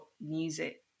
music